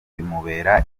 bimubera